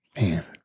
Man